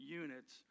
units